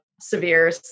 severe